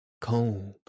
cold